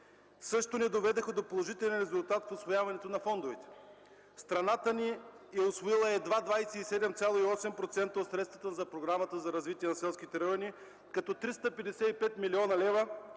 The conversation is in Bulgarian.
също не доведоха до положителен резултат в усвояването на фондовете. Страната ни е усвоила едва 27,8% от средствата по Програмата за развитие на селските райони, като 355 млн. лв.